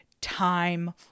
time